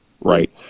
right